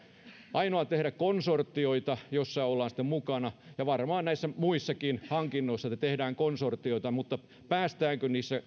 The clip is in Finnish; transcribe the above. ainoa mahdollisuus on tehdä konsortioita joissa ollaan mukana ja varmaan näissä muissakin hankinnoissa tehdään konsortioita mutta pääsevätkö niihin